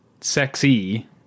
sexy